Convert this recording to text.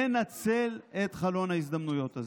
לנצל את חלון ההזדמנויות הזה.